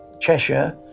cheshire.